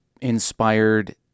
inspired